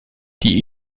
die